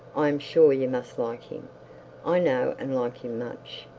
i am sure you must like him. i know and like him much.